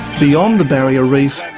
the um the barrier reef,